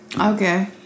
Okay